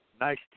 nice